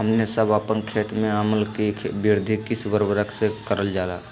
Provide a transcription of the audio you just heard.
हमने सब अपन खेत में अम्ल कि वृद्धि किस उर्वरक से करलजाला?